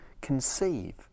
conceive